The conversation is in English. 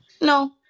No